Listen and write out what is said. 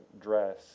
dress